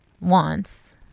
wants